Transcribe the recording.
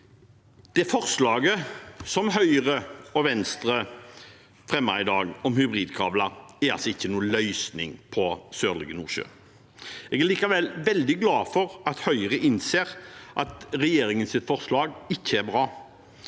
det forslaget som Høyre og Venstre har fremmet i dag, om hybridkabler, er ikke noen løsning for Sørlige Nordsjø II. Jeg er likevel veldig glad for at Høyre innser at regjeringens forslag ikke er bra.